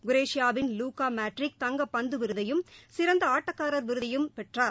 குரேஷியாவின் Luka Modric தங்க பந்து விருதையும் சிறந்த ஆட்டக்காரர் என்ற விருதையும் பெற்றார்